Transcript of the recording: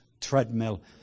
treadmill